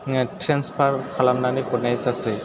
transfer खालामनानै हरनाय जासै